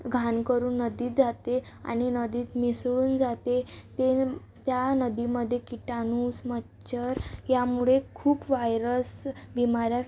घाण करून नदीत जाते आणि नदीत मिसळून जाते ते त्या नदीमध्ये किटाणूस मच्छर यामुळे खूप वायरस बिमाऱ्या